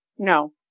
No